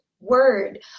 word